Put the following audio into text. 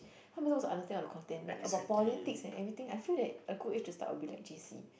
how am I supposed to understand all the content like about politics and everything I feel that a good age to start will be like J_C